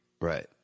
Right